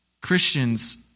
Christians